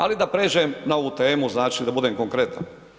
Ali da pređem na ovu temu, znači da budem konkretan.